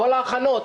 כל ההכנות,